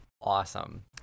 awesome